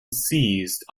ceased